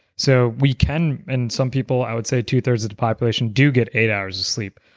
so we can, and some people, i would say two thirds of the population do get eight hours of sleep,